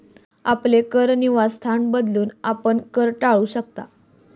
आपले कर निवासस्थान बदलून, आपण कर टाळू शकता